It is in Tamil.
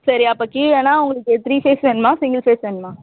சரி அப்போ கீழேன்னா உங்களுக்கு த்ரீ ஃபேஸ் வேணுமா சிங்கிள் ஃபேஸ் வேணுமா